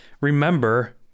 remember